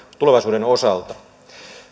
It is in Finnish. tulevaisuuden osalta